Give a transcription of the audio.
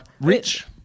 Rich